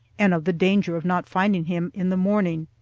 and of the danger of not finding him in the morning.